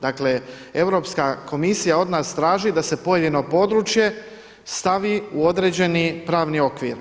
Dakle, Europska komisija od nas traži da se pojedino područje stavi u određeni pravni okvir.